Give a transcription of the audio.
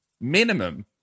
minimum